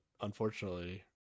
unfortunately